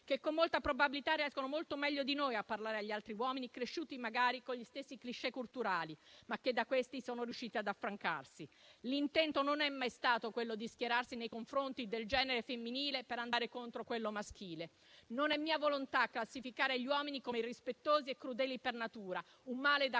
che con molta probabilità riescono molto meglio di noi a parlare agli altri uomini, cresciuti magari con gli stessi *cliché* culturali, ma che da questi sono riusciti ad affrancarsi. L'intento non è mai stato quello di schierarsi nei confronti del genere femminile per andare contro quello maschile. Non è mia volontà classificare gli uomini come irrispettosi e crudeli per natura, un male da